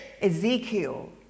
Ezekiel